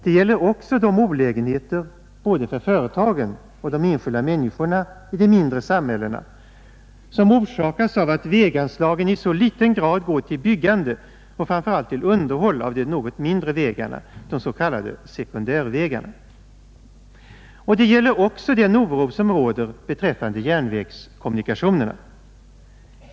Det gäller också de olägenheter för både företagen och de enskilda människorna i mindre samhällen som orsakas av att väganslagen i så liten grad går till vägbyggande och framför allt till underhåll av de något mindre vägarna, de s.k. sekundärvägarna. Och det gäller den oro som råder beträffande järnvägskommunikationerna.